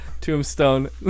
Tombstone